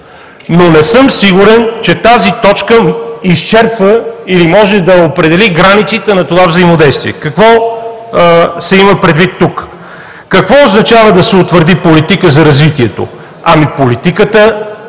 но не съм сигурен, че тази точка изчерпва или може да определи границите на това взаимодействие. Какво се има предвид тук? Какво означава да се утвърди политика за развитие? Ами, политиката